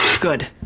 Good